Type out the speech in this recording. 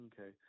Okay